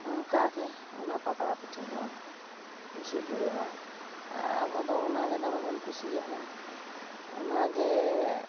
ᱚᱱᱠᱟᱜᱮ ᱚᱱᱟ ᱯᱟᱛᱲᱟ ᱯᱤᱴᱷᱟᱹ ᱫᱚ ᱤᱥᱤᱱ ᱦᱩᱭᱩᱜᱼᱟ ᱟᱨ ᱟᱵᱚᱫᱚ ᱚᱱᱟᱜᱮ ᱫᱚᱢᱮ ᱵᱚᱱ ᱠᱩᱥᱤᱭᱟᱜᱼᱟ ᱚᱱᱟᱜᱮ